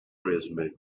resume